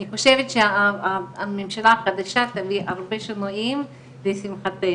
אני חושבת שהממשלה החדשה תביא הרבה שינויים לשמחתנו.